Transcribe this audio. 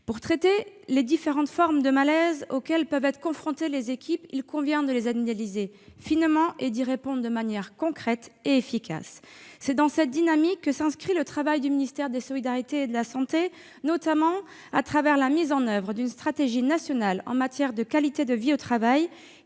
Pour traiter les différentes formes de malaise auxquelles peuvent être confrontées les équipes, il convient de les analyser finement et d'y répondre de manière concrète et efficace. C'est dans cette dynamique que s'inscrit le travail du ministère des solidarités et de la santé, notamment au travers de la mise en oeuvre d'une stratégie nationale en matière de qualité de vie au travail,